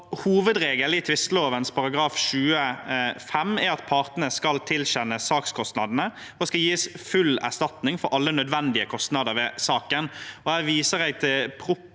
Hovedregelen i tvisteloven § 20-5 er at parten som tilkjennes sakskostnadene, skal gis full erstatning for alle nødvendige kostnader ved saken. Her viser jeg til side